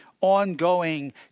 ongoing